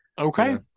Okay